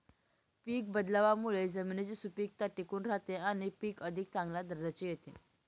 पीक बदलावामुळे जमिनीची सुपीकता टिकून राहते आणि पीक अधिक चांगल्या दर्जाचे येते